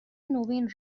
نوین